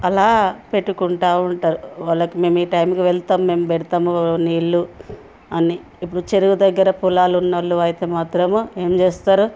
అలా పెట్టుకుంటూ ఉంటారు వాళ్ళకి మేము ఈ టైంకి వెళ్తాము మేము పెడతాము నీళ్ళు అని ఇప్పుడు చెరువు దగ్గర పొలాలు ఉన్నోళ్ళు అయితే మాత్రము ఏం చేస్తారు